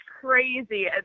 crazy